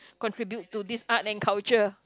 contribute to this art and culture